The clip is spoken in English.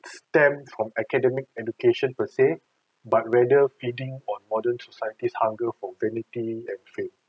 stem from academic education per se but rather feeding on modern society's hunger for vanity and fame